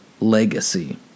legacy